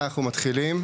בשעה 11:15.)